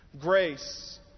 Grace